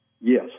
Yes